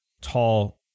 tall